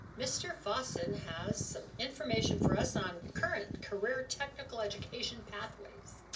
mr. fausen has some information for us on current career technical education pathways.